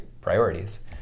priorities